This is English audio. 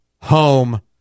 home